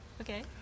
okay